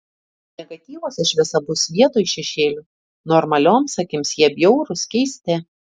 negatyvuose šviesa bus vietoj šešėlių normalioms akims jie bjaurūs keisti